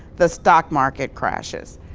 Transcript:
the stock market crashes.